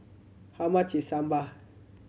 how much is Sambar